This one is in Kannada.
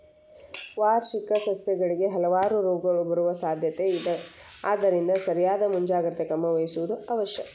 ವಾರ್ಷಿಕ ಸಸ್ಯಗಳಿಗೆ ಹಲವಾರು ರೋಗಗಳು ಬರುವ ಸಾದ್ಯಾತೆ ಇದ ಆದ್ದರಿಂದ ಸರಿಯಾದ ಮುಂಜಾಗ್ರತೆ ಕ್ರಮ ವಹಿಸುವುದು ಅವಶ್ಯ